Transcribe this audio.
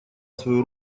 свою